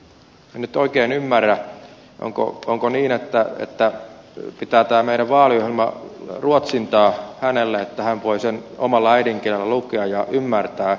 en nyt oikein ymmärrä onko niin että pitää tämä meidän vaaliohjelma ruotsintaa hänelle että hän voi sen omalla äidinkielellään lukea ja ymmärtää